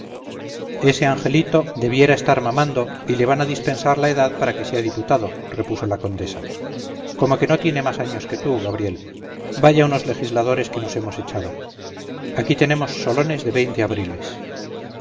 ese angelito debiera estar mamando y le van a dispensar la edad para que sea diputado repuso la condesa como que no tiene más años que tú gabriel vaya unos legisladores que nos hemos echado aquí tenemos solones de veinte abriles